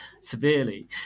severely